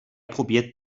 probiert